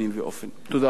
תודה רבה, אדוני.